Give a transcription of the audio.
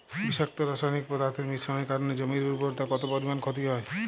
বিষাক্ত রাসায়নিক পদার্থের মিশ্রণের কারণে জমির উর্বরতা কত পরিমাণ ক্ষতি হয়?